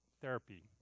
therapy